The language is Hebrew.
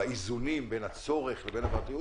באיזונים בין הצורך לבין הפרטיות,